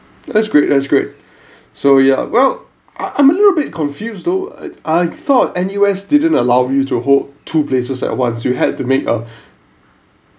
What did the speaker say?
that's great that's great so yeah well I I'm a little bit confused though I I thought N_U_S didn't allow you to hold two places at once you had to make a